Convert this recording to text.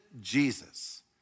Jesus